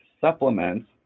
supplements